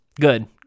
good